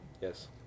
Yes